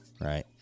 right